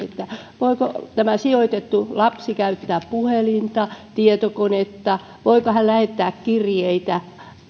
voiko sijoitettu lapsi käyttää puhelinta tietokonetta voiko hän lähettää kirjeitä